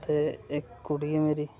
ते इक कुड़ी ऐ मेरी